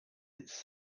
its